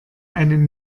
einen